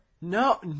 No